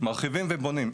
מרחיבים ובונים.